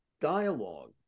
dialogue